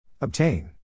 Obtain